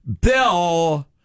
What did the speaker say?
Bill